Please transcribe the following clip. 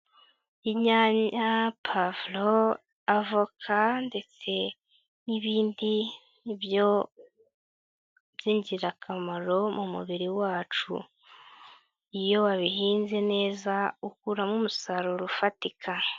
Inyanya, pavuro, avoka ndetse n'ibindi, ni byo by'ingirakamaro mu mubiri wacu, iyo wabihinze neza ukuramo umusaruro ufatika.